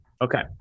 Okay